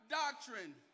doctrine